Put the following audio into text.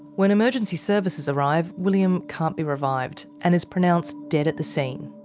when emergency services arrive william can't be revived and is pronounced dead at the scene.